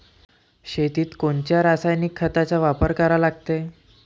शेतीत कोनच्या रासायनिक खताचा वापर करा लागते?